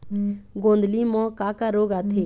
गोंदली म का का रोग आथे?